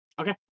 okay